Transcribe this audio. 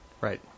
Right